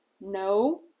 no